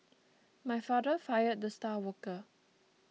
my father fired the star worker